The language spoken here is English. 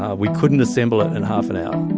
ah we couldn't assemble it in half an hour.